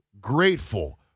grateful